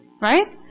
Right